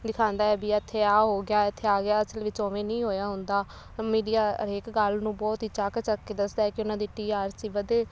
ਦਿਖਾਉਂਦਾ ਵੀ ਇੱਥੇ ਆਹ ਹੋ ਗਿਆ ਇੱਥੇ ਆ ਗਿਆ ਅਸਲ ਵਿੱਚ ਉਵੇਂ ਨਹੀਂ ਹੋਇਆ ਹੁੰਦਾ ਮੀਡੀਆ ਹਰੇਕ ਗੱਲ ਨੂੰ ਬਹੁਤ ਹੀ ਚੁੱਕ ਚੱਕ ਕੇ ਦੱਸਦਾ ਕਿ ਉਹਨਾਂ ਦੀ ਟੀ ਆਰ ਸੀ ਵਧੇ